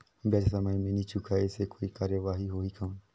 ब्याज समय मे नी चुकाय से कोई कार्रवाही होही कौन?